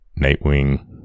Nightwing